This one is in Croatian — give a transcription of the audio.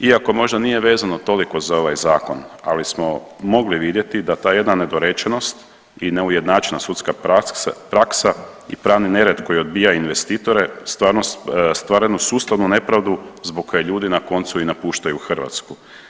Iako možda nije vezano toliko za ovaj zakon ali smo mogli vidjeti da ta jedna nedorečenost i neujednačenost sudska praksa i pravni nered koji odbija investitore stvaraju jednu sustavnu nepravdu zbog koje ljudi na koncu i napuštaju Hrvatsku.